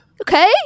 Okay